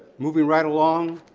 moving right along.